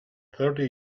thirty